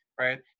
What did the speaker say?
right